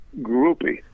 groupie